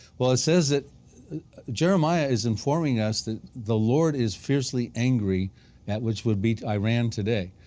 well it says that jeremiah is informing us that the lord is fiercely angry at which would be iran today.